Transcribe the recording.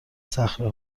صخره